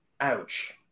Ouch